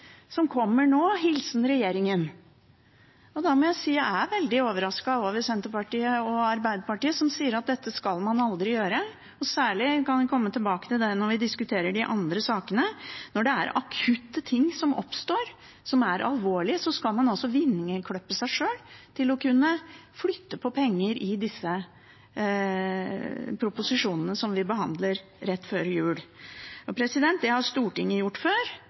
som kommer nå – hilsen regjeringen. Da må jeg si at jeg er veldig overrasket over Senterpartiet og Arbeiderpartiet, som sier at dette skal man aldri gjøre, særlig ikke – og vi kan komme tilbake til det når vi diskuterer de andre sakene – når det er akutte ting som oppstår, som er alvorlig. Da skal man altså vingeklippe seg sjøl fra å kunne flytte på penger i disse proposisjonene som vi behandler rett før jul. Det har Stortinget gjort før, det har regjeringer gjort før,